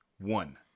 One